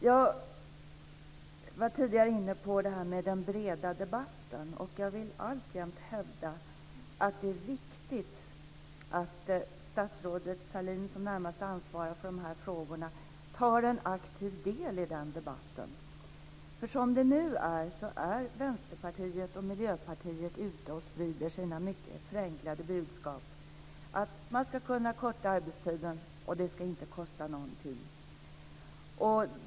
Jag var tidigare inne på detta med den breda debatten och hävdar alltjämt att det är viktigt att statsrådet Sahlin, som närmast ansvarar för de här frågorna, aktivt tar del i den debatten. Vänsterpartiet och Miljöpartiet är, som det nu är, ute och sprider sina mycket förenklade budskap om att man ska kunna korta arbetstiden utan att det kostar någonting.